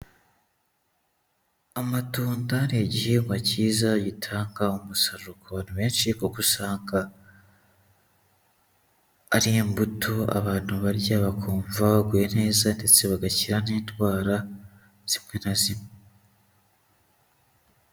Amatunda ni igihingwa cyiza gitanga umusaruro ku bantu benshi kuko usanga ari imbuto abantu barya bakumva baguye neza ndetse bagakira n'indwara zimwe na zimwe.